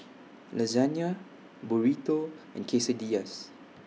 Lasagna Burrito and Quesadillas